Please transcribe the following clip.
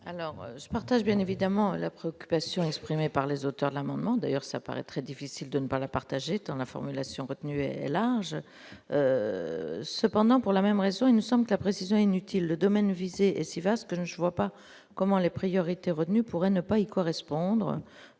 Alors je partage bien évidemment la préoccupation exprimée par les auteurs de l'amendement d'ailleurs, ça paraît très difficile de ne pas la partager tant la formulation retenue et là, cependant, pour la même raison, nous sommes ta précision inutile le domaine visé est si vaste que je ne vois pas comment les priorités retenues, pourrait ne pas y correspondre,